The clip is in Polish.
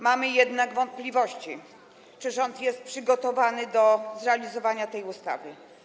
Mamy jednak wątpliwości, czy rząd jest przygotowany do zrealizowania tej ustawy.